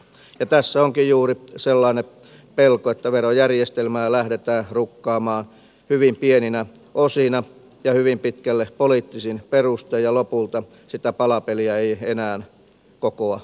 ja tässä onkin juuri sellainen pelko että verojärjestelmää lähdetään rukkaamaan hyvin pieninä osina ja hyvin pitkälle poliittisin perustein ja lopulta sitä palapeliä ei enää kokoa kukaan